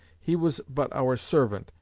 he was but our servant,